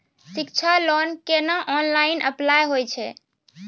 शिक्षा लोन केना online apply होय छै?